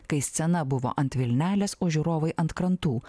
kai scena buvo ant vilnelės o žiūrovai ant krantų